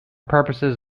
purposes